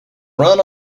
run